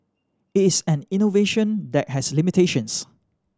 it is an innovation that has limitations